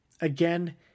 Again